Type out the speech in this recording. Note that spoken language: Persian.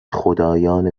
خدایان